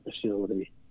facility